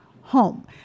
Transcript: home